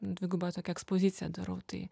dviguba tokia ekspozicija darau tai